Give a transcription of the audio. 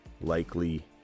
Likely